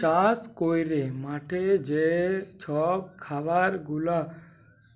চাষ ক্যইরে মাঠে যে ছব খাবার গুলা